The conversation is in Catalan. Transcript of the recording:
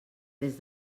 des